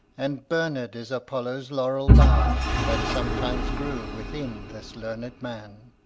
and burned is apollo's laurel-bough, that sometime grew within this learned man.